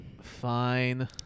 Fine